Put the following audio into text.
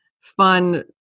fun